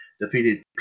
defeated